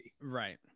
Right